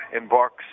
embarks